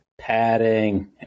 padding